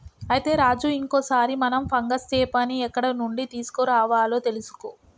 అయితే రాజు ఇంకో సారి మనం ఫంగస్ చేపని ఎక్కడ నుండి తీసుకురావాలో తెలుసుకో